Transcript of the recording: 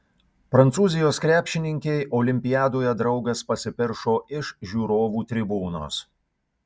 prancūzijos krepšininkei olimpiadoje draugas pasipiršo iš žiūrovų tribūnos